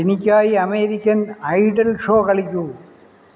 എനിക്കായി American Idol show കളിക്കൂ